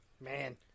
Man